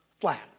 flat